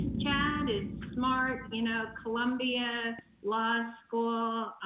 chad is smart, you know, columbia law school,